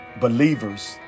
Believers